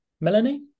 Melanie